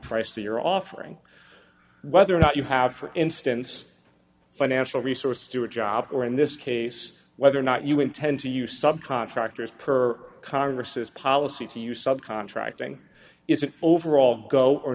price that you're offering whether or not you have for instance financial resources to a job or in this case whether or not you intend to use sub contractors per congress policy to use sub contracting it's an overall go or